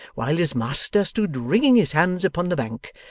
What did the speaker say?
while his master stood wringing his hands upon the bank,